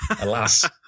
Alas